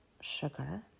sugar